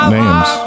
names